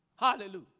Hallelujah